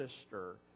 sister